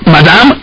Madam